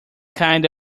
kind